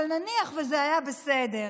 אבל נניח שזה היה בסדר.